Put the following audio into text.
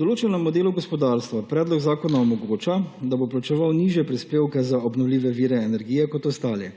Določenemu delu gospodarstva predlog zakona omogoča, da bo plačeval nižje prispevke za obnovljive vire energije kot ostali.